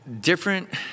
different